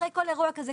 אחרי כל אירוע כזה,